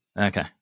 Okay